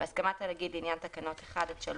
בהסכמת הנגיד לעניין תקנות 1 עד 3,